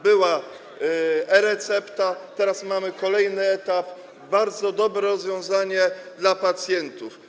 Była e-recepta, teraz mamy kolejny etap, bardzo dobre rozwiązanie dla pacjentów.